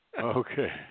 Okay